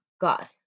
god